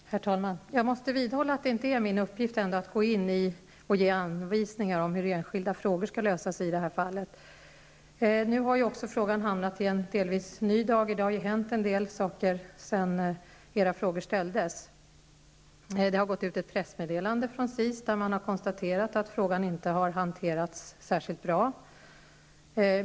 Herr talman! Jag måste vidhålla att det ändå inte är min uppgift att ge anvisningar om hur enskilda frågor skall lösas i detta fall. Nu har denna fråga också hamnat i en delvis ny dager. Det har hänt en del saker sedan era frågor ställdes. Från SIS har det gått ut ett pressmedelande, vari konstateras att frågan inte har hanterats särskilt bra.